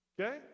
okay